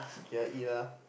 okay lah eat lah